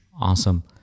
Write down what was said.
Awesome